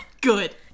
Good